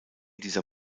dieser